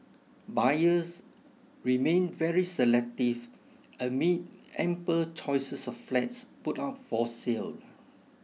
buyers remain very selective amid ample choices of flats put up for sale